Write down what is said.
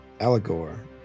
Allegor